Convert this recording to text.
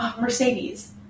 Mercedes